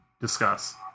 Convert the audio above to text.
discuss